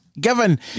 given